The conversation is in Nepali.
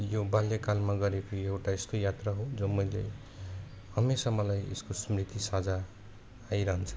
यो बाल्यकालमा गरेको एउटा यस्तो यात्रा हो जो मैले हमेसा मलाई यसको स्मृति सदा आइरहन्छ